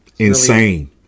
insane